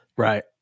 right